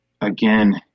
again